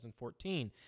2014